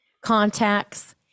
contacts